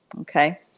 Okay